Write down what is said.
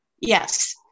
Yes